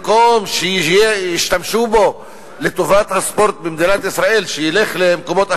במקום שישתמשו בו לטובת הספורט במדינת ישראל שילך למקומות אחרים,